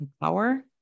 power